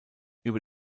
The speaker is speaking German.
über